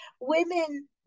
Women